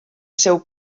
seu